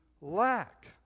lack